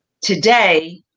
Today